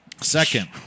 Second